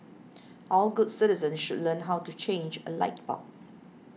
all good citizens should learn how to change a light bulb